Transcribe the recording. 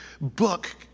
book